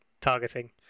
targeting